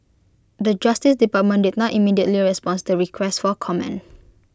the justice department did not immediately responds to request for comment